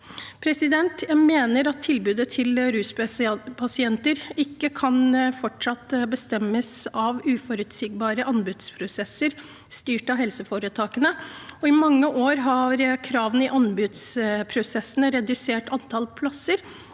gå videre? Jeg mener at tilbudet til ruspasienter ikke kan fortsette å bestemmes av uforutsigbare anbudsprosesser styrt av helseforetakene. I mange år har kravene i anbudsprosessene redusert antall plasser